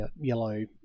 yellow